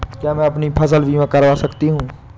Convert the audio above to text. क्या मैं अपनी फसल बीमा करा सकती हूँ?